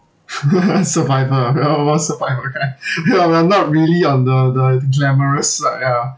survivor ah everyone wants the survivor guy ya we are not really on the the the glamorous side ah